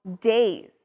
days